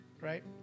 right